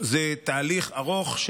זה תהליך ארוך,